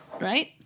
right